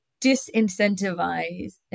disincentivize